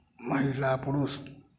महिला पुरुष